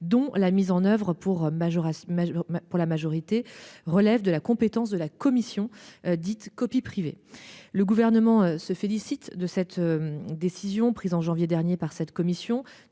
pour majoration. Pour la majorité, relève de la compétence de la commission dite copie privée. Le gouvernement se félicite de cette décision prise en janvier dernier par cette commission